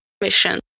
mission